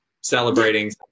celebrating